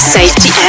Safety